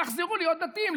תחזרו להיות דתיים,